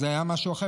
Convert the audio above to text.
אז זה היה משהו אחר,